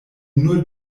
nur